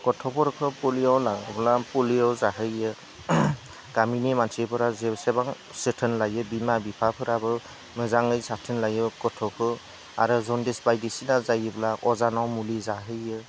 गथ'फोरखौ पलिअ ला अब्ला पलिअ जाहोयो गामिनि मानसिफोरा जेसेबां जोथोन लायो बिमा बिफाफोराबो मोजाङै जोथोन लायो गथ'खौ आरो जनडिस बायदिसिना जायोब्ला अजानाव मुलि जाहोयो